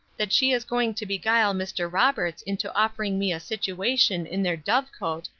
that she is going to beguile mr. roberts into offering me a situation in their dove cote,